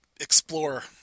explore